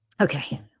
Okay